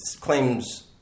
claims